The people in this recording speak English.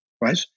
Right